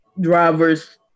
driver's